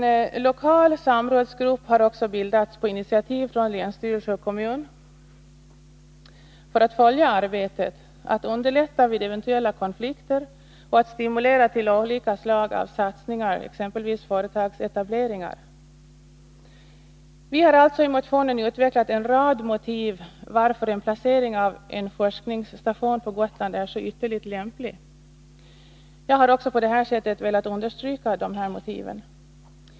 På initiativ av länsstyrelsen och kommunen har det också bildats en lokal samrådsgrupp för att följa arbetet, underlätta vid eventuella konflikter och stimulera till olika slags satsningar, exempelvis företagsetableringar. Vi har i motionen utvecklat en rad motiv varför en placering av en forskningsstation på Gotland är ytterst lämplig. Jag har också på detta sätt velat understryka motiven.